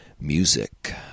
music